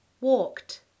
walked